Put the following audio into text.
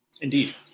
Indeed